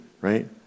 right